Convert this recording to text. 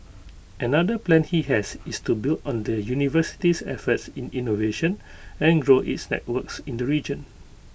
another plan he has is to build on the university's efforts in innovation and grow its networks in the region